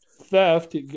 theft